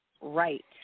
right